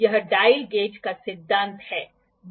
यह dial gauge का सिद्धांत है